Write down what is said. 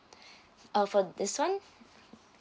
err for this one